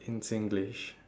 in singlish